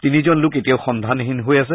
তিনিজন লোক এতিয়াও সন্ধানহীন হৈ আছে